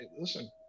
listen